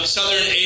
Southern